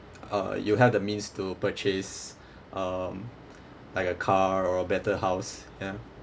uh you have the means to purchase um like a car or a better house ya